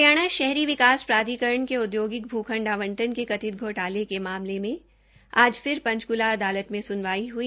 हरियाणा शहरी विकास प्राधिकरण के औदयोगिक भूखंड आवंटन के कथित घोटाले के मामले मे आज फिर पंचकूला अदालत में सुनवाई हुई